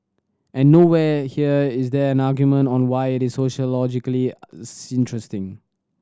and nowhere here is there an argument on why it is sociologically interesting